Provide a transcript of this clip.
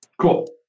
Cool